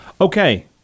okay